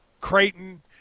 Creighton